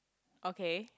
okay